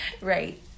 Right